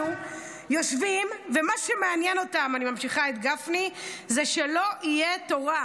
יושבים ומה שמעניין אותם זה שלא יהיה תורה.